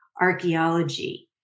archaeology